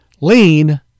Lean